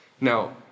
Now